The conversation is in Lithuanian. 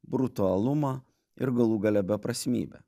brutalumą ir galų gale beprasmybę